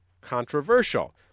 controversial